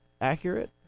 accurate